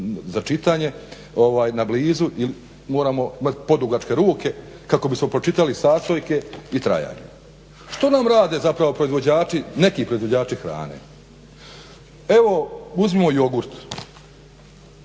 za čitanje na blizu ili moramo imati podugačke ruke, kako bismo pročitali sastojke i trajanja. Što nam rade zapravo proizvođači, neki proizvođači hrane? Evo uzmimo jogurt.